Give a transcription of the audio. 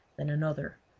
then another,